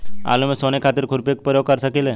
आलू में सोहनी खातिर खुरपी के प्रयोग कर सकीले?